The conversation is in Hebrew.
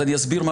אני אסביר.